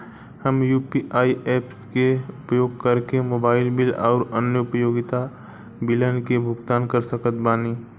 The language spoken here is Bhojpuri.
हम यू.पी.आई ऐप्स के उपयोग करके मोबाइल बिल आउर अन्य उपयोगिता बिलन के भुगतान कर सकत बानी